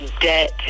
debt